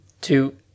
two